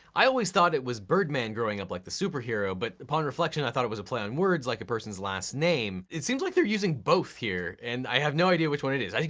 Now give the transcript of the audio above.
i always thought it was bird-man growing up like the superhero, but, upon reflection, i thought it was a play on words like a person's last name. it seems like they're using both here, and i have no idea which one it is.